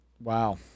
Wow